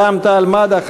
רע"ם-תע"ל-מד"ע,